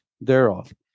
thereof